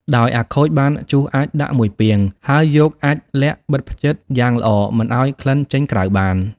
ដោយអាខូចបានជុះអាចម៏ដាក់១ពាង ហើយយកអាចម៏ល័ក្ខបិទភ្ចិតយ៉ាងល្អមិនឱ្យក្លិនចេញក្រៅបាន។